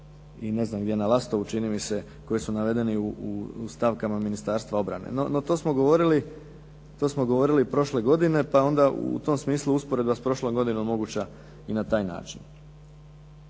i ne znam gdje, na Lastovu čini mi se koji su navedeni u stavkama Ministarstva obrane. No to smo govorili i prošle godine, pa onda u tom smislu usporedba s prošlom godina moguća i na taj način.